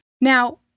Now